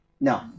No